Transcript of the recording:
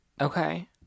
Okay